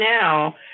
now